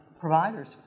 providers